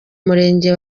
murenge